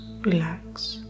relax